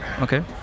okay